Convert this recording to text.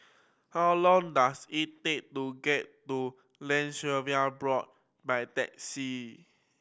how long does it take to get to Land Surveyors Board by taxi